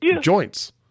joints